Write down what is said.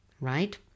right